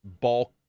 bulk